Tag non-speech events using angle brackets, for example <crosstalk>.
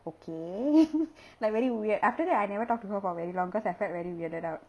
okay <noise> like very weird after that I never talk to her for very long because I felt already weirded out